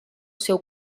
seu